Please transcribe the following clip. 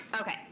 okay